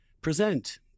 present